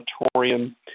Auditorium